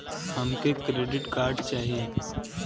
हमके credit card चाही